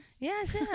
yes